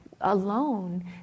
Alone